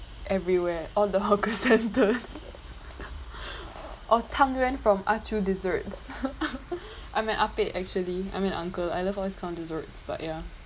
everywhere all the hawker centres or 汤圆 from ah chew desserts I'm an ah pek actually I'm an uncle I love all these kind of desserts but ya